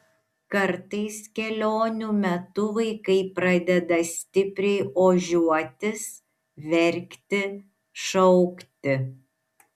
kartais kelionių metu vaikai pradeda stipriai ožiuotis verkti šaukti